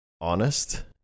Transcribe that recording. honest